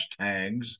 hashtags